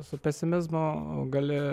su pesimizmu gali